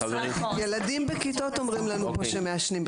ילדים בכיתות אומרים לנו פה שמעשנים,